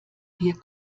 wir